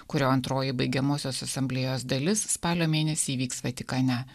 kurio antroji baigiamosios asamblėjos dalis spalio mėnesį vyks vatikane